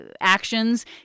actions